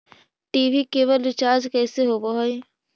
TV cable recharge कैसे होब हइ?